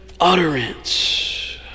utterance